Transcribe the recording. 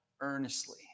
earnestly